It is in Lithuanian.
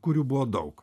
kurių buvo daug